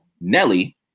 Nelly